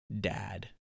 Dad